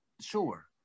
sure